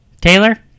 Taylor